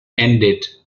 ended